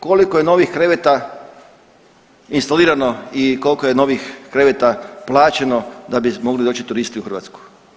Koliko je novih kreveta instalirano i koliko je novih kreveta plaćeno da bi mogli doći u Hrvatsku.